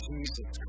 Jesus